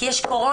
כי יש קורונה.